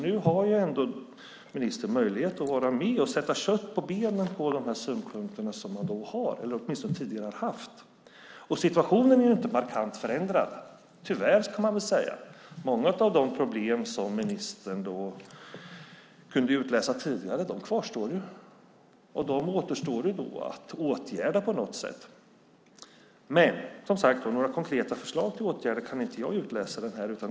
Nu har ändå ministern möjlighet att sätta kött på benen på de synpunkter som finns, eller åtminstone tidigare har funnits. Situationen är inte markant förändrad - tyvärr. Många av de problem som ministern kunde utläsa tidigare kvarstår. De återstår att åtgärda på något sätt. Men några konkreta förslag till åtgärder kan inte jag utläsa.